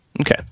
Okay